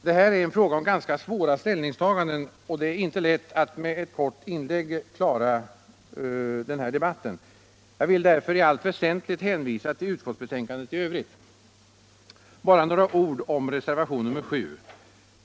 Det här är fråga om ganska svåra ställningstaganden, och det är inte lätt att med ett kort inlägg klara debatten. Jag vill därför i allt väsentligt hänvisa till utskottsbetänkandet i övrigt. Bara några ord om reservation nr 7.